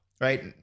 Right